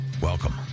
Welcome